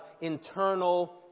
internal